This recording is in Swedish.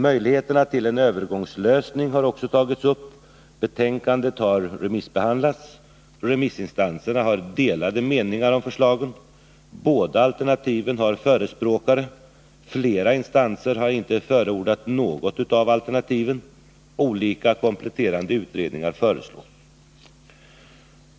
Möjligheterna till en övergångslösning har också tagits upp. Betänkandet har remissbehandlats. Remissinstanserna har delade meningar om förslagen. Båda alternativen har förespråkare. Flera instanser har inte förordat något av alternativen. Olika kompletterande utredningar föreslås.